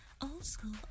old-school